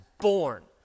born